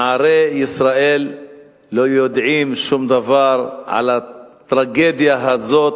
נערי ישראל לא יודעים שום דבר על הטרגדיה הזאת,